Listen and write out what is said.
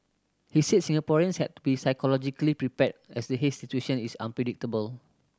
he said Singaporeans had to be psychologically prepared as the haze situation is unpredictable